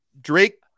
Drake